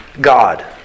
God